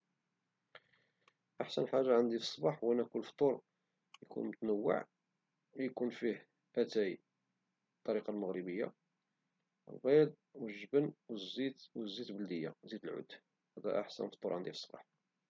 أحسن حاجة عندي في الصباح هو ناكل فطور يكون متنوع ويكون فيه أتاي بالطريقة المغربية البيض والجبن والزيت البلدية ، زيت العود، وهذا أحسن فطور عندي في الصباح.